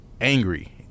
angry